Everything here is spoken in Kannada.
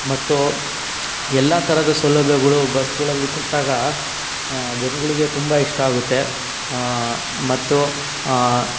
ಮತ್ತು ಎಲ್ಲ ಥರದ ಸೌಲಭ್ಯಗಳು ಬಸ್ಗಳಲ್ಲಿ ಕೊಟ್ಟಾಗ ಜನಗಳಿಗೆ ತುಂಬ ಇಷ್ಟ ಆಗುತ್ತೆ ಮತ್ತು